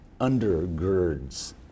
undergirds